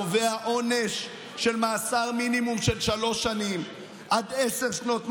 קובע עונש של מאסר מינימום של שלוש שנים עד עשר שנות מאסר.